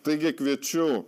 taigi kviečiu